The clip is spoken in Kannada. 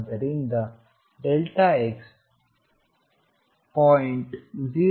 ಆದ್ದರಿಂದ x ಪಾಯಿಂಟ್ 0